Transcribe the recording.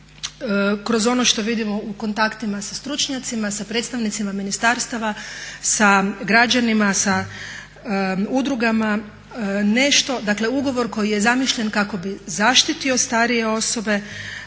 kroz ono što vidimo u kontaktima sa stručnjacima, sa predstavnicima ministarstva, sa građanima, sa udrugama nešto, dakle ugovor koji je zamišljen kako bi zaštitio starije osobe